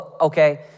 Okay